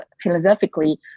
philosophically